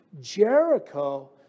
Jericho